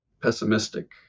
pessimistic